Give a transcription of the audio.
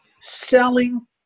selling